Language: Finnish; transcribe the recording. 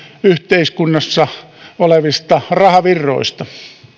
yhteiskunnassa olevista rahavirroista